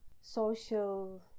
social